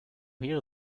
hear